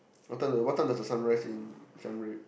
what time the what time does the sun rise in Siam-Reap